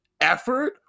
effort